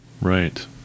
right